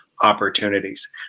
opportunities